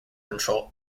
control